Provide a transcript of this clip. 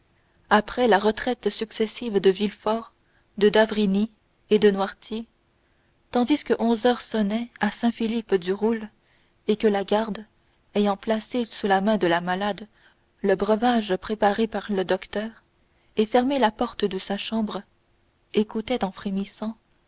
après la retraite successive de villefort de d'avrigny et de noirtier tandis que onze heures sonnaient à saint philippe du roule et que la garde ayant placé sous la main de la malade le breuvage préparé par le docteur et fermé la porte de sa chambre écoutait en frémissant